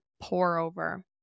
pour-over